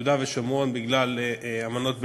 ליהודה ושומרון בגלל אמנות בין-לאומיות.